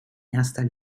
erster